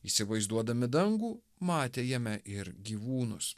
įsivaizduodami dangų matė jame ir gyvūnus